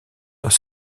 dans